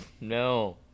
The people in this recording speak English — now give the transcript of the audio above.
no